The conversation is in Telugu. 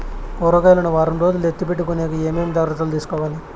కూరగాయలు ను వారం రోజులు ఎత్తిపెట్టుకునేకి ఏమేమి జాగ్రత్తలు తీసుకొవాలి?